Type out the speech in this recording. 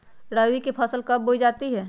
रबी की फसल कब बोई जाती है?